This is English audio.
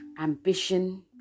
ambition